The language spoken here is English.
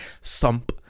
sump